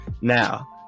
now